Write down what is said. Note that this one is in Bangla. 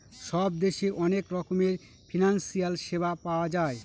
সব দেশে অনেক রকমের ফিনান্সিয়াল সেবা পাওয়া যায়